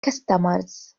customers